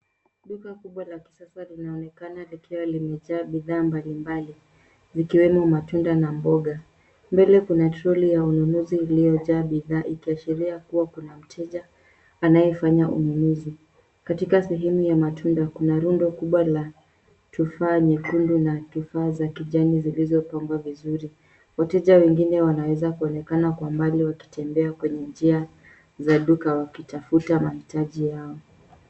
Duka kubwa la kisasa linaonekana likiwa limejaa bidhaa mbalimbali zikiwemo matunda na mboga. Mbele kuna troli ya ununuzi iliojaa bidhaa, ikashiria kuwa kuna mteja, anayefanya ununuzi. Katika suheme ya matunda, kuna rundo kubwa la tufaha nyekundu na tufaha za kijani zilizopangwa vizuri. Wateja wengine wanaweza kuonekana kwa mbali wakitembea kwenye njia za duka wakitafuta mahitaji yao.